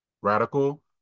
radical